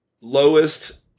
lowest